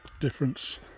difference